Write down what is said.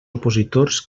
opositors